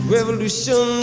Revolution